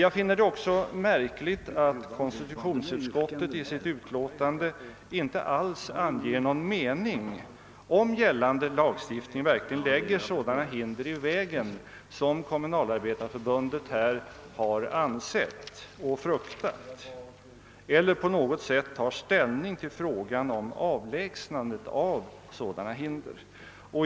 Jag finner det också märkligt att kon stitutionsutskottet i sitt utlåtande inte alls anger någon mening om huruvida gällande lagstiftning verkligen lägger sådana hinder i vägen, som Kommunalarbetareförbundet fruktat, eller på något sätt tar ställning till frågan om avlägsnande av sådana hinder.